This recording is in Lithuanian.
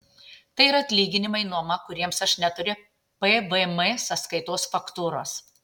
tai yra atlyginimai nuoma kuriems aš neturiu pvm sąskaitos faktūros